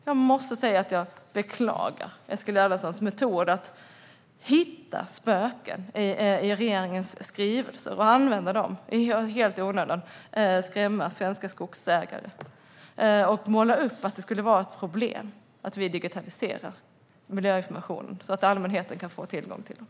Jag måste säga att jag beklagar Eskil Erlandssons metod att hitta spöken i regeringens skrivelser och använda dem för att helt i onödan skrämma svenska skogsägare och måla upp att det skulle vara ett problem att vi digitaliserar miljöinformationen, så att allmänheten kan få tillgång till den.